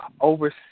oversee